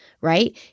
right